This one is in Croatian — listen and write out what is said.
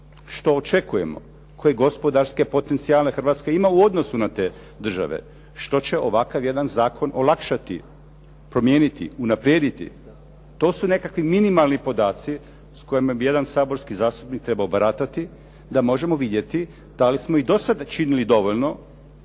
što očekujem, koje gospodarske potencijale Hrvatska ima u odnosu na te države, što će ovakav jedan zakon olakšati, promijeniti, unaprijediti. To su neki minimalni podaci s kojima bi jedan saborski zastupnik trebao baratati da možemo vidjeti da li smo i do sada činili dovoljno